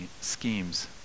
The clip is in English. schemes